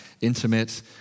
intimate